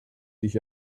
dich